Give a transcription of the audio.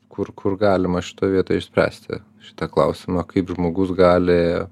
kur kur galima šitoj vietoj išspręsti šitą klausimą kaip žmogus gali